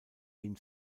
ihn